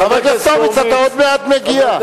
חבר הכנסת הורוביץ, אתה עוד מעט מגיע.